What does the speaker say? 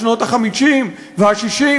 בשנות ה-50 וה-60,